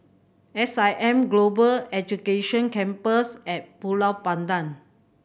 S I M Global Education Campus At Ulu Pandan